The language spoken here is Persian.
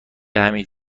حمید